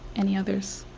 any others?